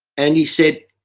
and he said,